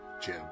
Jim